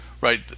Right